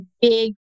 big